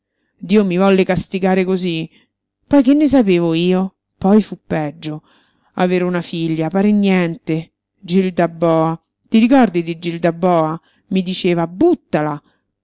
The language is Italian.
dio mi volle castigare cosí poi che ne sapevo io poi fu peggio avere una figlia pare niente gilda boa ti ricordi di gilda boa mi diceva buttala